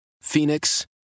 Phoenix